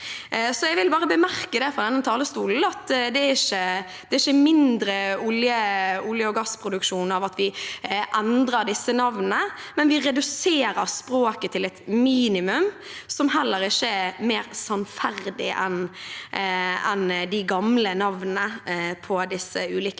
denne talerstolen, at det ikke blir mindre olje- og gassproduksjon av at vi endrer disse navnene. Men vi reduserer språket til et minimum som heller ikke er mer sannferdig enn de gamle navnene på disse ulike instansene.